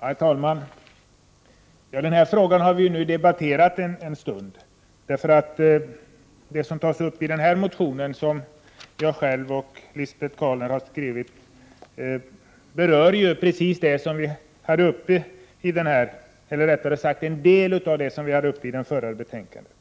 Herr talman! Den här frågan har vi debatterat en stund, för det som tas upp i den motion som jag själv och Lisbet Calner har skrivit berör en del av det som vi behandlade i samband med det förra betänkandet.